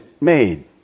made